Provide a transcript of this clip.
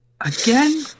Again